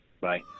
Bye